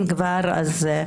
אם כבר אז,